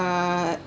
uh